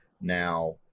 Now